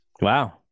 Wow